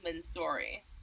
story